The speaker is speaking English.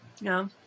No